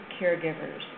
caregivers